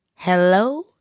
Hello